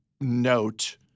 note